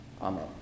Amen